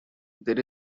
there